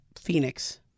Phoenix